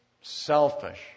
selfish